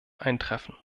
eintreffen